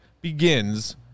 begins